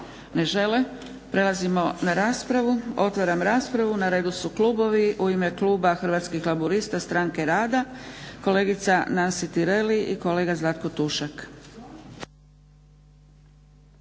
Ne žele. Prelazimo na raspravu. Otvaram raspravu. Na redu su klubovi. U ime kluba Hrvatskih laburista-Stranke rada kolegica Nansi Tireli i kolega Zlatko Tušak.